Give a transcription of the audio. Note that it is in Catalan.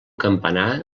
campanar